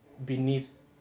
beneath